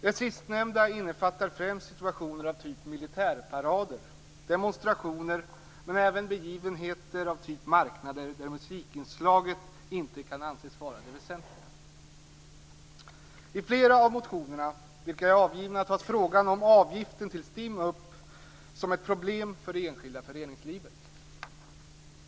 Det sistnämnda innefattar främst situationer av typen militärparader och demonstrationer men även begivenheter av typen marknader där musikinslaget inte kan anses vara det väsentliga. I flera av de avgivna motionerna tas frågan om avgiften till STIM upp som ett problem för det enskilda föreningslivet.